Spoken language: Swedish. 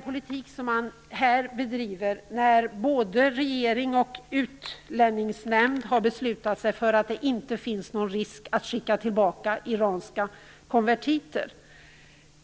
politik som man här bedriver, när både regeringen och Utlänningsnämnden har beslutat sig för att det inte finns någon risk att skicka tillbaka iranska konvertiter.